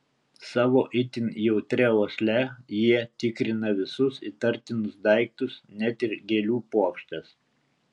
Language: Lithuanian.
savo itin jautria uosle jie tikrina visus įtartinus daiktus net ir gėlių puokštes